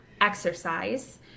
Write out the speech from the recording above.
exercise